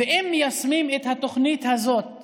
ואם מיישמים את התוכנית הזאת כלשונה,